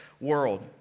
world